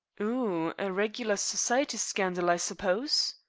phew! a regular society scandal, i suppose?